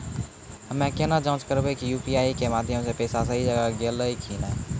हम्मय केना जाँच करबै की यु.पी.आई के माध्यम से पैसा सही जगह गेलै की नैय?